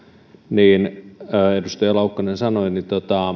niin kuin edustaja laukkanen sanoi